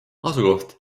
asukoht